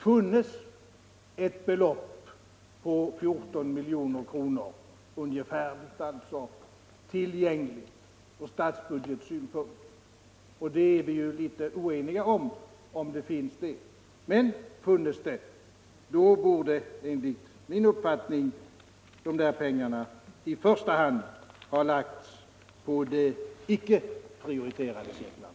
Funnes ett belopp på ungefär 14 milj.kr. tillgängligt ur statsbudgetsynpunkt — därom är vi litet oeniga — borde de pengarna enligt min uppfattning i första hand ha lagts på de icke prioriterade cirklarna.